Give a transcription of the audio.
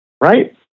right